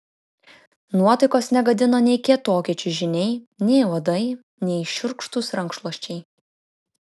nuotaikos negadino nei kietoki čiužiniai nei uodai nei šiurkštūs rankšluosčiai